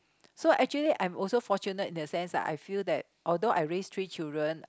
so actually I'm also fortunate in the sense like I feel that although I raise three children